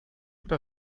oder